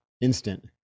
instant